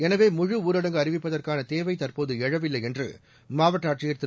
எனவே முழுஊரடங்கு அறிவிப்பதற்கான தேவை தற்போது எழவில்லை என்று மாவட்ட ஆட்சியர் திரு